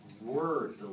word